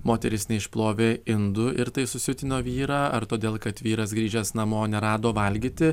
moteris neišplovė indų ir tai susiutino vyrą ar todėl kad vyras grįžęs namo nerado valgyti